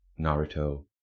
Naruto